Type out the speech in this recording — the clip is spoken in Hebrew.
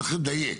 צריך לדייק.